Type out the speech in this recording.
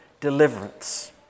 deliverance